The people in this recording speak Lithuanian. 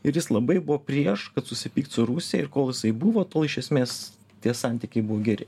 ir jis labai buvo prieš kad susipykt su rusija ir kol jisai buvo tol iš esmės tie santykiai buvo geri